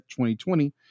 2020